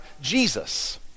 Jesus